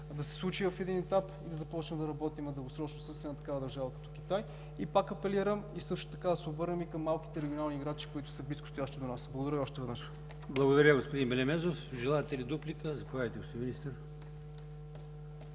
да се случи в един етап и да започнем да работим дългосрочно с такава държава като Китай. И пак апелирам също така да се обърнем и към малките регионални играчи, които са близкостоящи до нас. Благодаря още веднъж. ПРЕДСЕДАТЕЛ АЛИОСМАН ИМАМОВ: Благодаря, господин Белемезов. Желаете ли дуплика? Заповядайте, господин Министър.